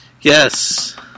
Yes